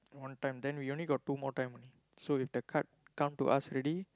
one time then we only got two more time so if the card come to us already